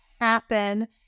happen